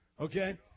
Okay